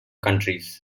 countries